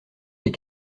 des